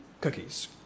cookies